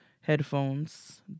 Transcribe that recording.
headphones